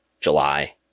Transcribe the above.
July